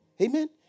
Amen